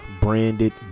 branded